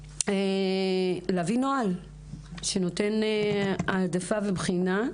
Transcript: להביא נוהל שנותן העדפה ובחינה,